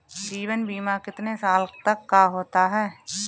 जीवन बीमा कितने साल तक का होता है?